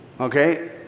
Okay